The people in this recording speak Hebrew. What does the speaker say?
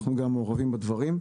אנחנו גם מעורבים בדברים.